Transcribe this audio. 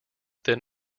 then